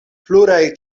pluraj